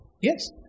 Yes